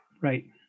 Right